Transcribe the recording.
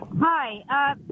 Hi